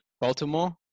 Baltimore